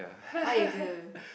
what you do